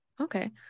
okay